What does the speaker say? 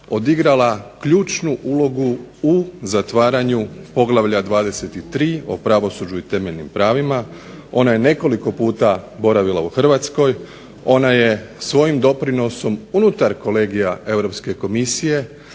odigrala ključnu ulogu u zatvaranju poglavlja 23. o pravosuđu i temeljnim pravima. Ona je nekoliko puta boravila u Hrvatskoj, ona je svojim doprinosom unutar kolegije Europske komisije